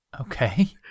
Okay